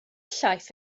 llaeth